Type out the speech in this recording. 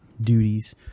Duties